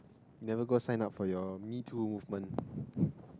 never go sign up for your metoo movement